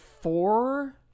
four